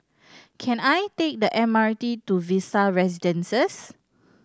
can I take the M R T to Vista Residences